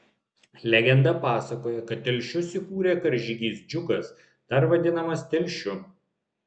legenda pasakoja kad telšius įkūrė karžygys džiugas dar vadinamas telšiu